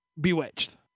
bewitched